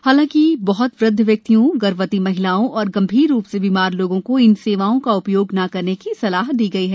हालांकि बहत वृद्ध व्यक्तियों गर्भवती महिलाओं और गंभीर रूप से बीमार लोगों को इन सेवाओं का उपयोग न करने की सलाह दी गई है